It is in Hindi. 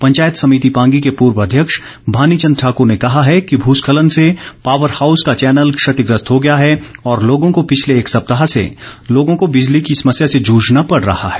पंचायत समिति पांगी के पूर्व अध्यक्ष भानी चंद ठौंकूर ने कहा कि भूस्खलन से पावर हाउस का चैनल क्षतिग्रस्त हो गया है और लोगों को पिछले एक सप्ताह से बिजली की समस्या से जूझना पड़ रहा है